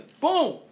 Boom